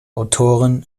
autorin